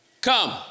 Come